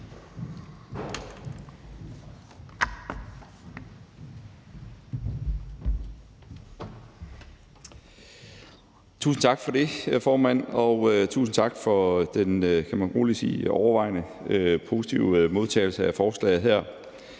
Tusind tak for det, formand, og tusind tak for den, kan man rolig sige, overvejende positive modtagelse af forslaget her.